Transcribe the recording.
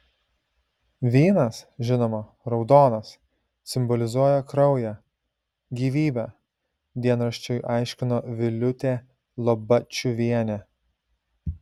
vynas žinoma raudonas simbolizuoja kraują gyvybę dienraščiui aiškino viliūtė lobačiuvienė